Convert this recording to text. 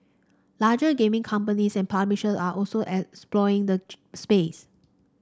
larger gaming companies and publishers are also as exploring the space